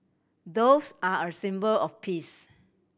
doves are a symbol of peace